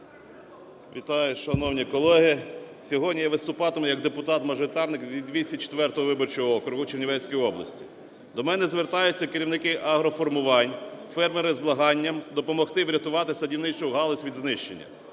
Вітаю, шановні колеги. Сьогодні я виступатиму якдепутат-мажоритарник від 204 виборчого округу Чернівецької області. До мене звертаються керівники агроформувань, фермери з благанням допомогти врятувати садівничу галузь від знищення.